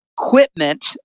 equipment